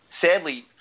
sadly